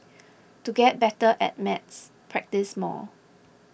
to get better at maths practise more